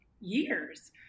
years